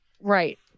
Right